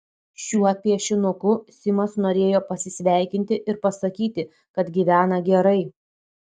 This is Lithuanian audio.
šiuo piešinuku simas norėjo pasisveikinti ir pasakyti kad gyvena gerai